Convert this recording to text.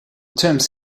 terms